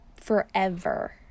forever